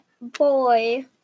Boy